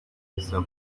bisaba